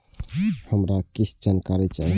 हमरा कीछ जानकारी चाही